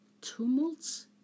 tumults